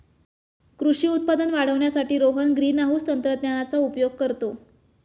कृषी उत्पादन वाढवण्यासाठी रोहन ग्रीनहाउस तंत्रज्ञानाचा उपयोग करतो